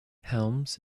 helms